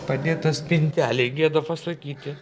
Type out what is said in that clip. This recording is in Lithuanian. padėta spintelėj gėda pasakyti